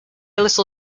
little